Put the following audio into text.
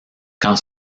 quand